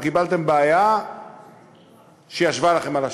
אתם קיבלתם בעיה שישבה לכם על השולחן.